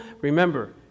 remember